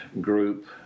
group